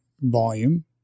volume